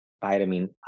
vitamin